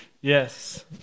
yes